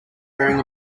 wearing